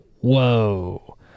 whoa